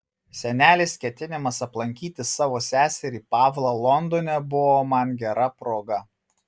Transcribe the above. senelės ketinimas aplankyti savo seserį pavlą londone buvo man gera proga